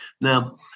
Now